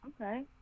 okay